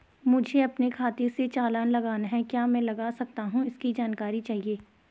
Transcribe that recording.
मुझे अपने खाते से चालान लगाना है क्या मैं लगा सकता हूँ इसकी जानकारी चाहिए?